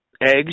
eggs